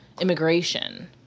immigration